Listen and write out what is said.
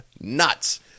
Nuts